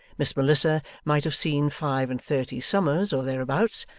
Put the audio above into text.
miss melissa might have seen five-and-thirty summers or thereabouts,